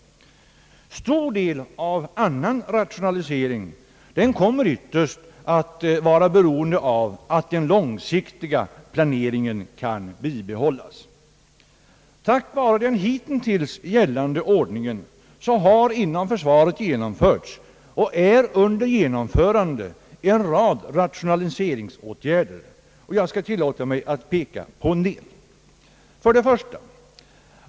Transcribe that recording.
Stor del av annan rationalisering kommer ytterst att vara beroende av att den långsiktiga planeringen kan bibehållas. Tack vare den hittills gällande ordningen har inom försvaret genomförts och är under genomförande en rad rationaliseringsåtgärder. Jag skall tillåta mig att peka på en del. 1.